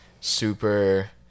super